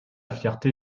fierté